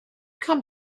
come